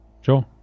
Sure